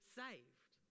saved